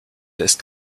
ist